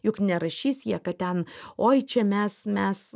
juk nerašys jie kad ten oi čia mes mes